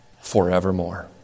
forevermore